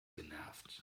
genervt